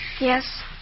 Yes